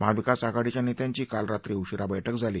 महाविकास आघाडीच्या नेत्यांची काल रात्री उशीरा बैठक झाली